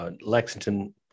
Lexington